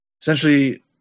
essentially